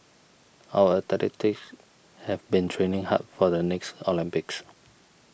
our athletes have been training hard for the next Olympics